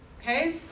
okay